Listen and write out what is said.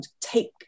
take